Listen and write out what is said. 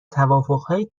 توافقهای